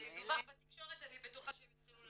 במחצית 2018. כשזה ידווח בתקשורת אני בטוחה שהם יתחילו לרוץ.